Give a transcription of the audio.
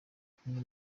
kumwe